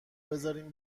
بذارین